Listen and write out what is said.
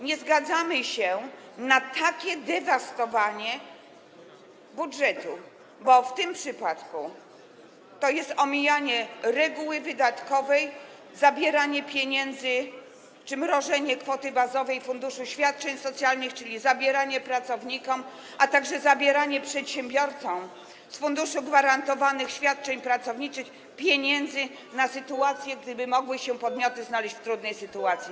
Nie zgadzamy się na takie dewastowanie budżetu, bo w tym przypadku jest to omijanie reguły wydatkowej, zabieranie pieniędzy czy mrożenie kwoty bazowej funduszu świadczeń socjalnych, czyli zabieranie pracownikom, a także zabieranie przedsiębiorcom z Funduszu Gwarantowanych Świadczeń Pracowniczych pieniędzy, które mogłyby być potrzebne, gdyby podmioty znalazły się w trudnej sytuacji.